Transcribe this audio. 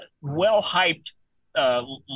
well-hyped